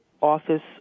office